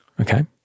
okay